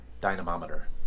dynamometer